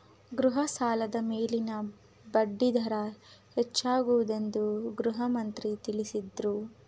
ಗೃಹ ಸಾಲದ ಮೇಲಿನ ಬಡ್ಡಿ ದರ ಹೆಚ್ಚಾಗುವುದೆಂದು ಗೃಹಮಂತ್ರಿ ತಿಳಸದ್ರು